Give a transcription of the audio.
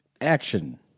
action